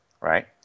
right